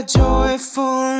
joyful